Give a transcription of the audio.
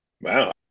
Wow